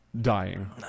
dying